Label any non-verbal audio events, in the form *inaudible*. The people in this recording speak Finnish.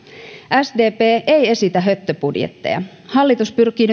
sdp ei esitä höttöbudjetteja hallitus pyrkii *unintelligible*